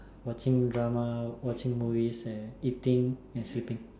watching drama watching movies eating and sleeping